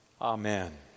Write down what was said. Amen